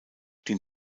den